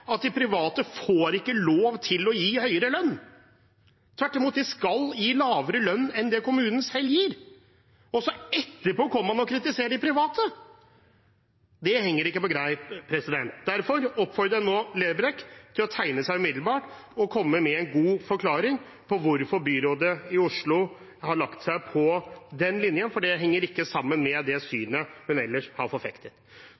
at de private ikke får lov til å gi høyere lønn, tvert imot, de skal gi lavere lønn enn det kommunen selv gir, hvorfor kommer man etterpå og kritiserer de private? Det henger ikke på greip. Derfor oppfordrer jeg nå representanten Lerbrekk til å tegne seg umiddelbart og komme med en god forklaring på hvorfor byrådet i Oslo har lagt seg på den linjen, for det henger ikke sammen med det